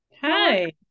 Hi